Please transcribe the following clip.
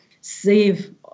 save